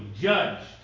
judged